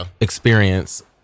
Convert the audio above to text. experience